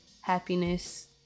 happiness